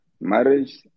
Marriage